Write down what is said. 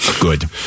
Good